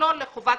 טיולי סגווי.